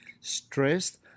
stressed